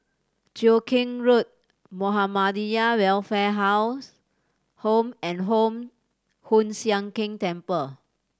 Cheow Keng Road Muhammadiyah Welfare House Home and Home Hoon Sian Keng Temple